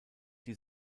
die